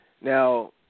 Now